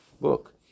book